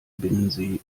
binnensee